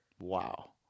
Wow